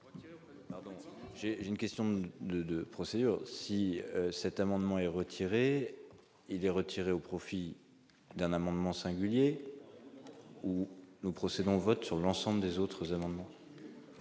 ai une question de procédure, si cet amendement est retiré, il est retiré au profit d'un amendement singulier où nous procédons vote sur l'ensemble des autres amendements.